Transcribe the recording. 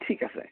ঠিক আছে